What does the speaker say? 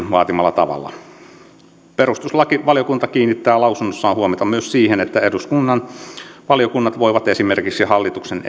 vaatimalla tavalla perustuslakivaliokunta kiinnittää lausunnossaan huomiota myös siihen että eduskunnan valiokunnat voivat esimerkiksi hallituksen